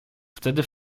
wtedy